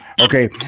okay